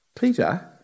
Peter